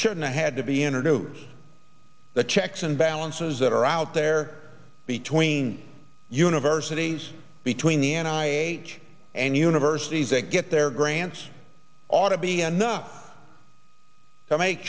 shouldn't had to be introducing the checks and balances that are out there between universities between the n i a and universities that get their grants ought to be enough to make